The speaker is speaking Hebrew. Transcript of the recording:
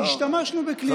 השתמשנו בכלי אחד.